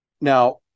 Now